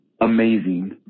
amazing